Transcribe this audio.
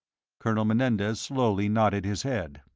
colonel menendez slowly nodded his head.